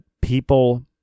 people